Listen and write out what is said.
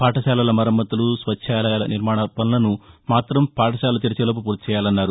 పాఠశాలల మరమ్మతులు స్వచ్చాలయాల నిర్మాణ పసులను మాత్రం పాఠశాలలు తెరిచేలోపు పూర్తి చేయాలన్నారు